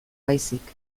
baizik